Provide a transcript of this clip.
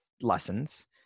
lessons